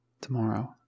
Tomorrow